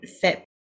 fit